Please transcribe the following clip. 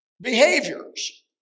behaviors